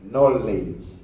Knowledge